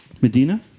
Medina